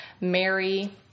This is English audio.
Mary